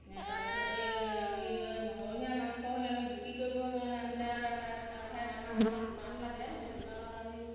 তাৰপিছত এই আমি সৰহীয়া মাংস হ'লে আমি বিক্ৰী কৰিবৰ কাৰণে আমি তাৰ তাত তাৰ ঠাইত আমাক এখন দোকান লাগে সেই দোকানত আমি